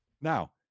Now